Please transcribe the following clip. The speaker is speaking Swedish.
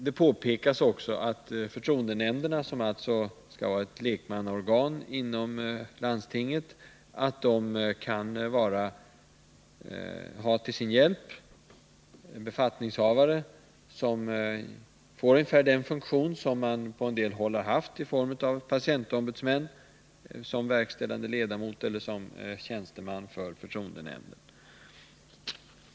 Det påpekas också att förtroendenämnderna, som alltså skall vara lekmannaorgan inom landstingen, till sin hjälp kan få befattningshavare med ungefär den funktion som patientombudsmännen nu har på en del håll, dvs. som verkställande ledamöter eller tjänstemän inom förtroendenämnden.